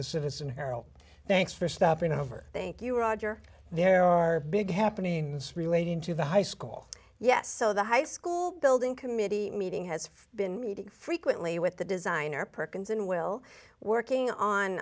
the citizen herald thanks for stopping over thank you roger there are big happenings relating to the high school yes so the high school building committee meeting has been meeting frequently with the designer perkin